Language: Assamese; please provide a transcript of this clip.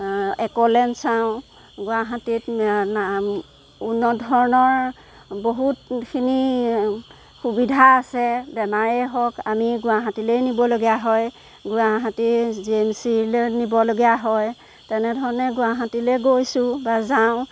একলেণ্ড চাওঁ গুৱাহাটীত উন্নত ধৰণৰ বহুতখিনি সুবিধা আছে বেমাৰেই হওক আমি গুৱাহাটীলেই নিবলগীয়া হয় গুৱাহাটীৰ জি এম চি লৈ নিবলগীয়া হয় তেনেধৰণে গুৱাহাটীলৈ গৈছো বা যাওঁ